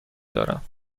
دارم